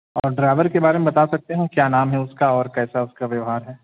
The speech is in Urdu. اور ڈرائیور کے بارے میں بتا سکتے ہیں کیا نام ہے اس کا اور کیسا اس کا ویوہار ہے